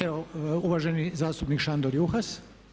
Evo uvaženi zastupnik Šandor Juhas.